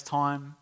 time